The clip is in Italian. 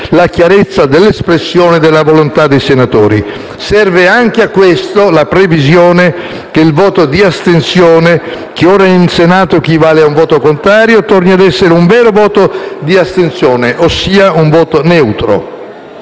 la chiarezza dell'espressione della volontà dei senatori. Serve anche a questo la previsione che il voto di astensione, che ora in Senato equivale a un voto contrario, torni ad essere un vero voto di astensione, ossia un voto neutro.